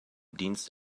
dienst